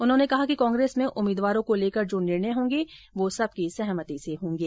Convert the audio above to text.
उन्होंने कहा कि कांग्रेस में उम्मीदवारों को लेकर जो निर्णय होंगे वो सबकी सहमति से होंगे